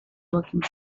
working